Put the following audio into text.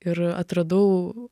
ir atradau